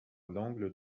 l’angle